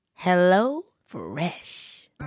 HelloFresh